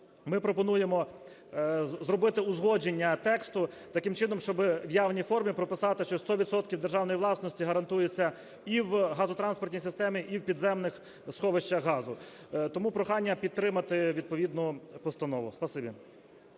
ми пропонуємо зробити узгодження тексту таким чином, щоб в явній формі прописати, що 100 відсотків державної власності гарантується і в газотранспортній системі, і в підземних сховищах газу. Тому прохання підтримати відповідну постанову.